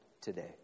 today